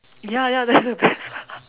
ya ya that's the best part